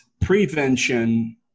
prevention